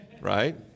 right